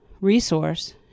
resource